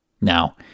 Now